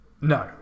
No